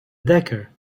decker